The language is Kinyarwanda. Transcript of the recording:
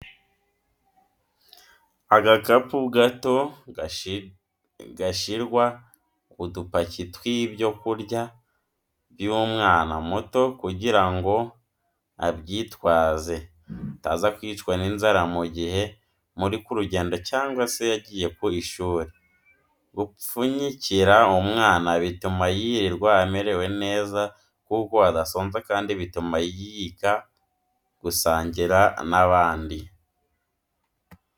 Agakapu gato gashyirwa udupaki tw'ibyo kurya by'umwana muto kugira ngo abyitwaze ataza kwicwa n'inzara mu gihe muri ku rugendo cyangwa se yagiye ku ishuri, gupfunyikira umwana bituma yirirwa amerewe neza kuko adasonza kandi bituma yiga gusangira n'abandi.